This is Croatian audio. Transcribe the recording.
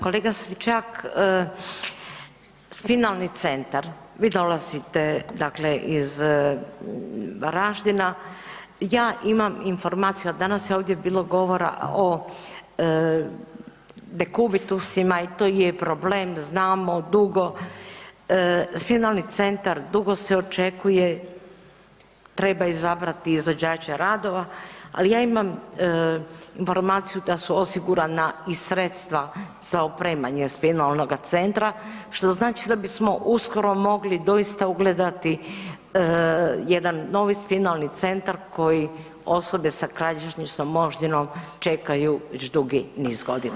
Kolega Stričak, spinalni centar, vi dolazite dakle iz Varaždina, ja imam informaciju, danas je ovdje bilo govora o dekubitusima i to je problem znamo dugo, spinalni centar dugo se očekuje, treba izabrati izvođače radova, ali ja imam informaciju da su osigurana i sredstva za opremanje spinalnoga centra, što znači da bismo uskoro mogli doista ugledati jedan novi spinalni centar koji osobe sa kralježničnom moždinom čekaju već dugi niz godina.